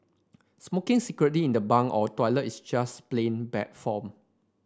smoking secretly in the bunk or toilet is just plain bad form